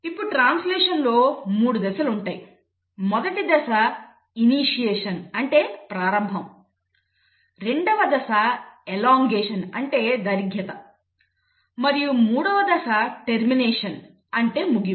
ఇప్పుడు ట్రాన్స్లేషన్ లో 3 దశలు ఉన్నాయి మొదటి దశ ఇనీషియేషన్ అంటే ప్రారంభం రెండవ దశ ఎలోన్గేషన్ అంటే దైర్ఘ్యత మరియు మూడవ దశ టెర్మినేషన్ అంటే ముగింపు